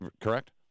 correct